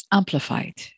amplified